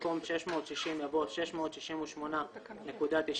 במקום "660.04" יבוא "668.93"